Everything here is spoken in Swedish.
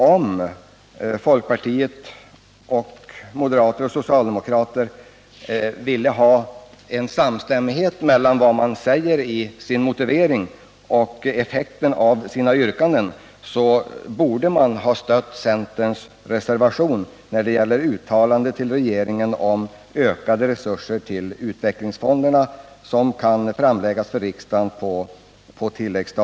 Om folkpartiet, moderata samlingspartiet och socialdemokraterna ville nå en samstämmighet mellan vad man säger i sin motivering och effekten av sina yrkanden, borde de ha stött centerns reservation om ett uttalande till regeringen om ökade resurser till utvecklingsfonderna på tilläggsbudget II.